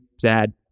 sad